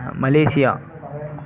Malaysia